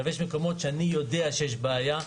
אבל במקומות שאני יודע שיש בעיה,